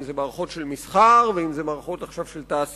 אם זה מערכות של מסחר ואם זה מערכות של תעשייה,